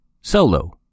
solo